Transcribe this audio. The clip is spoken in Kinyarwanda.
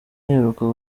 iheruka